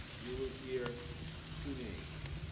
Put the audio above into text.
you will hear two names.